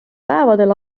päevadel